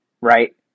right